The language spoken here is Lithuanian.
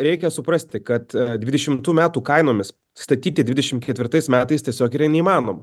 reikia suprasti kad dvidešimtų metų kainomis statyti dvidešimt ketvirtais metais tiesiog neįmanoma